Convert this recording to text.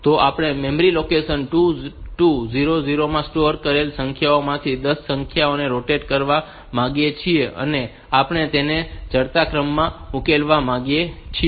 તો આપણે memory location 2200 માં સ્ટોર કરેલ સંખ્યોઓમાંથી 10 સંખ્યાઓને સ્ટોર કરવા માંગીએ છીએ અને આપણે તેને ચડતા ક્રમમાં ઉકેલવા માંગીએ છીએ